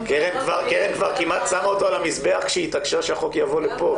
קרן כבר כמעט שמה אותו על המזבח כשהיא התעקשה שהחוק יבוא לפה,